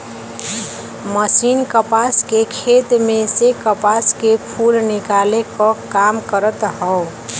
machine कपास के खेत में से कपास के फूल निकाले क काम करत हौ